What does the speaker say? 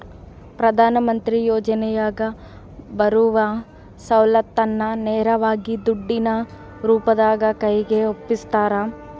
ಪ್ರಧಾನ ಮಂತ್ರಿ ಯೋಜನೆಯಾಗ ಬರುವ ಸೌಲತ್ತನ್ನ ನೇರವಾಗಿ ದುಡ್ಡಿನ ರೂಪದಾಗ ಕೈಗೆ ಒಪ್ಪಿಸ್ತಾರ?